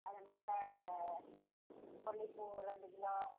அதனால் மல்லிப்பூ ஒரு ரெண்டு கிலோ